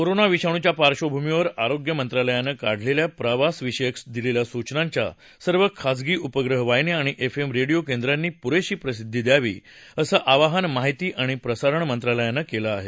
corona विषाणूच्या पार्श्वभूमीवर आरोग्यमंत्रालयानं काढलेल्या प्रवासविषयक दिलेल्या सूचनांना सर्व खासगी उपग्रह वाहिन्या आणि एफ एम रेडिओ केंद्रांनी पुरेशी प्रसिद्वी द्यावी असं आवाहन माहिती आणि प्रसारण मंत्रालयानं दिले आहेत